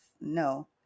no